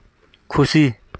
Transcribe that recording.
ᱠᱷᱩᱥᱤ